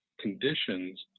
conditions